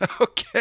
Okay